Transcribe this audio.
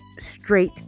straight